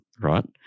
right